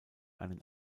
einen